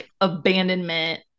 abandonment